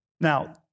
Now